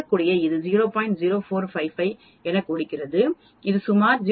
0455 எனக் கொடுக்கிறது இது சுமார் 0